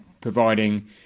providing